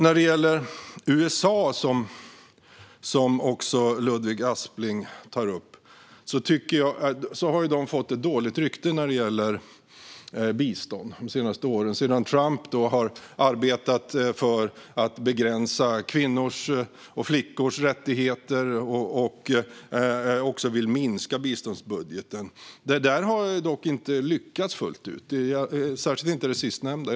När det gäller USA, som Ludvig Aspling också tar upp, har ju de fått ett dåligt rykte i fråga om bistånd de senaste åren då Trump har arbetat för att begränsa flickors och kvinnors rättigheter och också vill minska biståndsbudgeten. Detta har dock inte lyckats fullt ut, särskilt inte det sistnämnda.